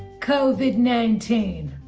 covid nineteen.